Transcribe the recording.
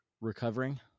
recovering